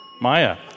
Maya